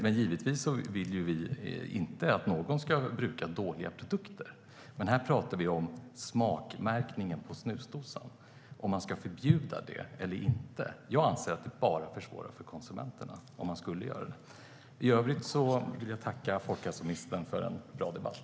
Men vi vill givetvis inte att någon ska bruka dåliga produkter. Här talar vi dock om smakmärkningen på snusdosan och om man ska förbjuda det eller inte. Jag anser att det bara skulle försvåra för konsumenterna om man gjorde det. I övrigt vill jag tacka folkhälsoministern för en bra debatt.